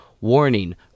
Warning